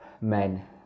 men